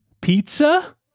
pizza